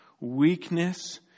Weakness